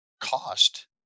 cost